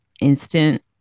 instant